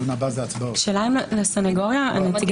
כדאי